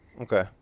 Okay